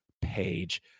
page